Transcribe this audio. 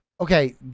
okay